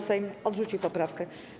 Sejm odrzucił poprawkę.